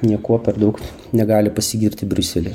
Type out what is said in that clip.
niekuo per daug negali pasigirti briuselyje